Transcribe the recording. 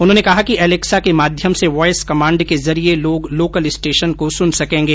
उन्होंने कहा कि एलेक्सा के माध्यम से वॉयस कमाण्ड के जरिये लोग लोकल स्टेशन को सुन सकेंगे